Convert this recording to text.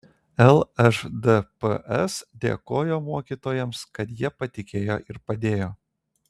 lšdps dėkojo mokytojams kad jie patikėjo ir padėjo